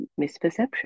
misperception